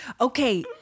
Okay